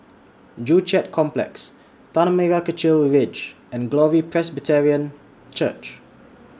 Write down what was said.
Joo Chiat Complex Tanah Merah Kechil Ridge and Glory Presbyterian Church